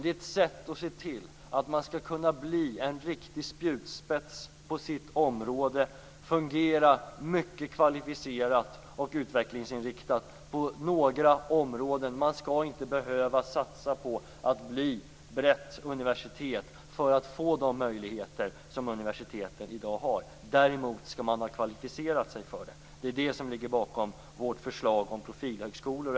Det är ett sätt att se till att man skall kunna bli en riktig spjutspets på sitt område och fungera mycket kvalificerat och utvecklingsinriktat på några områden. Man skall inte behöva satsa på att bli ett brett universitet för att få de möjligheter som universiteten i dag har. Däremot skall man ha kvalificerat sig för det. Det är det som ligger bakom vårt förslag om profilhögskolor.